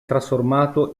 trasformato